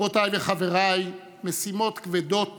על החיים של כולנו כאן: